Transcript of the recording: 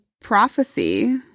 prophecy